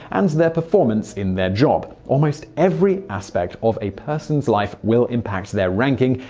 and their performance in their job. almost every aspect of a person's life will impact their ranking,